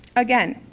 again,